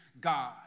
God